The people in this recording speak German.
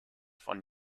von